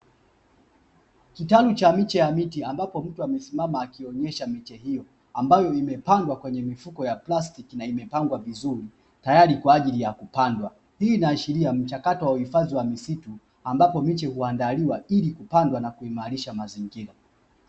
KitaLu cha miche ya miti ambapo mtu amesimama akionyesha miche hiyo ambayo imepandwa kwenye mifuko ya plastiki na imepangwa vizuri tayari kwa ajili ya kupandwa hii inaashiria mchakato wa uhifadhi wa misitu ambapo miche huandaliwa ili kupandwa na kuimarisha mazingira